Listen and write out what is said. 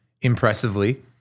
impressively